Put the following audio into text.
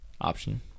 option